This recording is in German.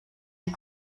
die